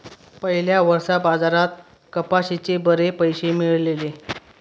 पयल्या वर्सा बाजारात कपाशीचे बरे पैशे मेळलले